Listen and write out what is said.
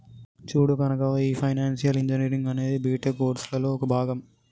చూడు కనకవ్వ, ఈ financial engineering అనేది బీటెక్ కోర్సులలో ఒక భాగం